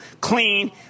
clean